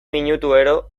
minutuero